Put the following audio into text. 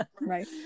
right